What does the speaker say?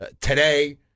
today